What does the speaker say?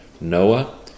Noah